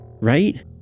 Right